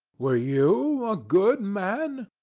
were you a good man?